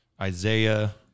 Isaiah